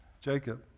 jacob